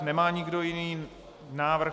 Nemá nikdo jiný návrh.